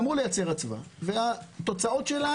גמרו לייצר אצווה והתוצאות שלה